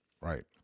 right